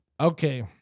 Okay